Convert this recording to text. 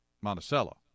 Monticello